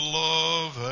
love